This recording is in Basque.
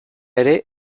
ere